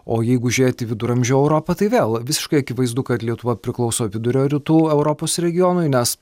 o jeigu žiūrėti viduramžių europą tai vėl visiškai akivaizdu kad lietuva priklauso vidurio rytų europos regionui nes